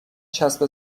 چسب